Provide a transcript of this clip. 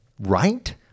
Right